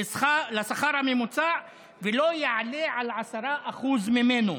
לשכר הממוצע ולא יעלה על 10% ממנו.